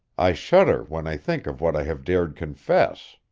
i shudder when i think of what i have dared confess.